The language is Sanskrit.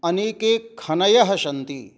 अनेके खनयः सन्ति